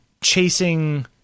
chasing